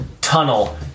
tunnel